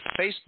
Facebook